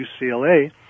UCLA